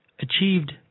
achieved